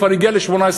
כבר הגיע ל-18%.